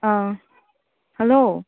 hello